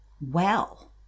Well